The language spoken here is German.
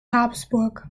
habsburg